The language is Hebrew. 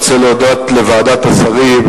אני רוצה להודות לוועדת השרים,